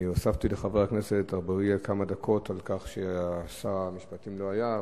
אני הוספתי לחבר הכנסת אגבאריה כמה דקות על כך ששר המשפטים לא היה,